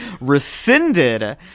rescinded